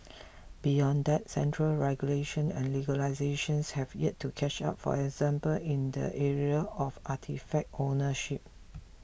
beyond that central regulation and legislations have yet to catch up for example in the area of artefact ownership